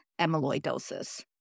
amyloidosis